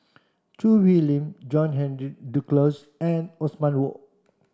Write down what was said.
Choo Hwee Lim John Henry Duclos and Othman Wok